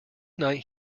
night